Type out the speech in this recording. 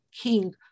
king